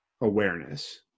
awareness